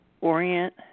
orient